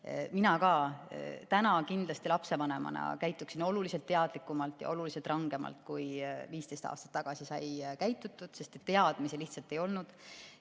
Mina ka täna lapsevanemana käituksin kindlasti oluliselt teadlikumalt ja oluliselt rangemalt, kui 15 aastat tagasi sai käitutud, sest teadmisi lihtsalt ei olnud.